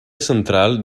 central